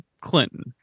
Clinton